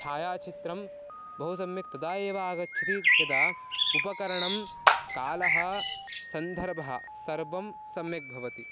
छायाचित्रं बहु सम्यक् तदा एव आगच्छति यदा उपकरणं कालः सन्दर्भः सर्वं सम्यक् भवति